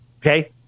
okay